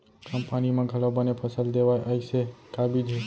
कम पानी मा घलव बने फसल देवय ऐसे का बीज हे?